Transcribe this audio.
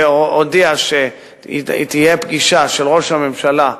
והודיע שתהיה פגישה של ראש הממשלה,